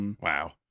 Wow